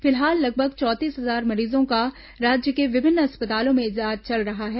फिलहाल लगभग चौंतीस हजार मरीजों का राज्य के विभिन्न अस्पतालों में इलाज चल रहा है